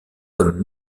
comme